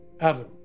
Adam